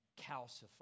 calcified